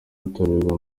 atorerwa